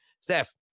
Steph